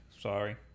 sorry